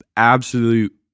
Absolute